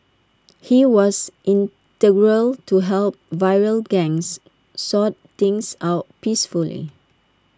he was integral to help rival gangs sort things out peacefully